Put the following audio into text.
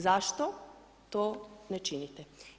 Zašto to ne činite?